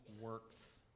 works